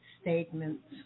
statements